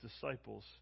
disciples